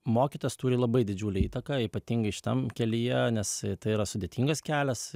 mokytas turi labai didžiulę įtaką ypatingai šitam kelyje nes tai yra sudėtingas kelias